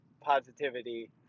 positivity